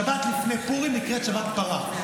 שבת לפני פורים נקראת שבת פרה.